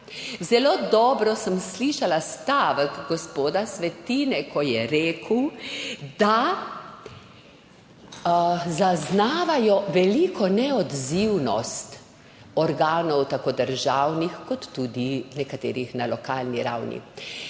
Zelo dobro sem slišala stavek gospoda Svetine, ko je rekel, da zaznavajo veliko neodzivnost organov, tako državnih kot tudi nekaterih na lokalni ravni.